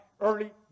early